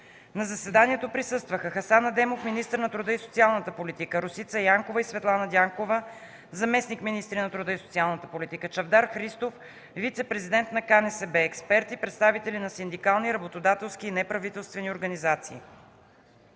На заседанието присъстваха: Хасан Адемов – министър на труда и социалната политика, Росица Янкова и Светлана Дянкова – заместник-министри на труда и социалната политика, Чавдар Христов – вицепрезидент на КНСБ, експерти, представители на синдикални, работодателски и неправителствени организации.